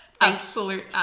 Absolute